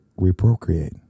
reprocreate